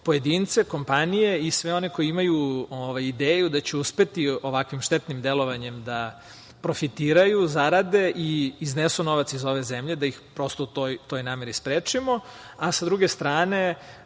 pojedince kompanije i sve one koji imaju ideju da će uspeti ovakvim štetnim delovanjem da profitiraju, zarade i iznesu novac iz ove zemlje, da ih prosto u toj nameri sprečimo. Sa druge strane,